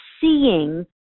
seeing